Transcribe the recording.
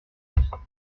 trois